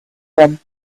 him